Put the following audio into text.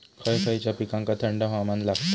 खय खयच्या पिकांका थंड हवामान लागतं?